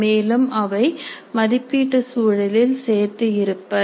மேலும் அவை மதிப்பீட்டு சூழலில் சேர்த்து இருப்பர்